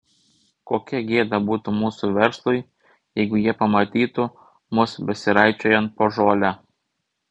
kokia gėda būtų mūsų verslui jeigu jie pamatytų mus besiraičiojant po žolę